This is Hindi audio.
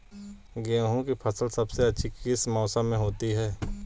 गेंहू की फसल सबसे अच्छी किस मौसम में होती है?